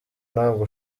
ntabwo